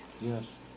Yes